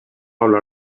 hablar